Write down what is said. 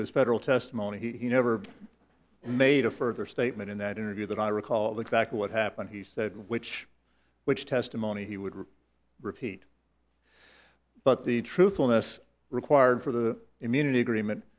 to his federal testimony he never made a further statement in that interview that i recall exactly what happened he said which which testimony he would repeat but the truthfulness required for the immunity agreement